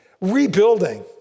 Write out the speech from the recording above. rebuilding